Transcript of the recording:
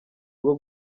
rwo